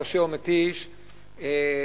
קשה ומתיש,